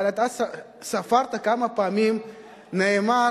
אבל אתה ספרת כמה פעמים נאמר,